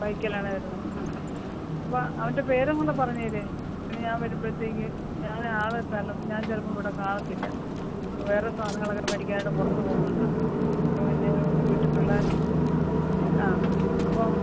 ബൈക്കിലാണ് വരുന്നത് ആ ആ അപ്പോൾ അവൻ്റെ പേരും കൂടെ പറഞ്ഞേര് ഇനി ഞാൻ വരുമ്പോഴത്തേക്ക് ഞാൻ വേറെ സ്ഥലം ഞാൻ ചിലപ്പോൾ ഇവിടെ കാണത്തില്ല വേറെ സാധനങ്ങളൊക്കെ മേടിക്കാനായിട്ട് പുറത്ത് പോവുന്നുണ്ട് പിന്നെ വീട്ടിൽ പിള്ളേരെ ആ അപ്പോൾ